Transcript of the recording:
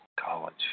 college